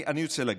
אני רוצה להגיד,